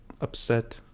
upset